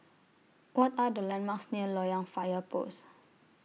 What Are The landmarks near Loyang Fire Post